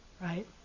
right